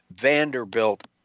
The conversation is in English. vanderbilt